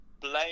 blame